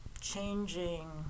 changing